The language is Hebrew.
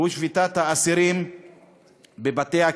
שביתת האסירים בבתי-הכלא.